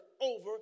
over